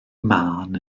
mân